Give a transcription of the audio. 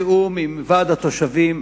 בתיאום עם ועד התושבים,